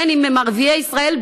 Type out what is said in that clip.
בין שהם ערביי ישראל,